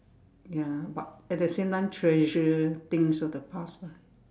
ya but at the same time treasure things of the past lah